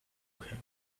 him